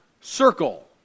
circle